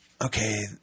okay